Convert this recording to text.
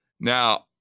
Now